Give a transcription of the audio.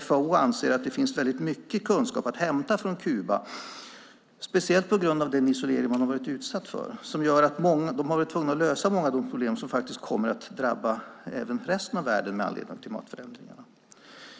FAO anser att det finns mycket kunskap att hämta från Kuba, speciellt på grund av den isolering man har varit utsatt för. De har varit tvungna att lösa många av de problem som kommer att drabba även resten av världen med anledning av klimatförändringarna.